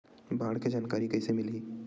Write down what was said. बाढ़ के जानकारी कइसे मिलही?